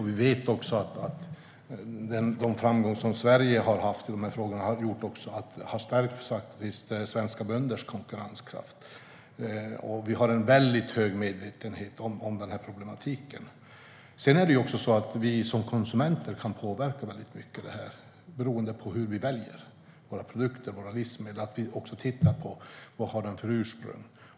Den framgång som Sverige har haft i de här frågorna har stärkt svenska bönders konkurrenskraft. Vi har en hög medvetenhet om den här problematiken. Som konsumenter kan vi påverka det här mycket beroende på hur vi väljer våra livsmedel och tittar på vad de har för ursprung.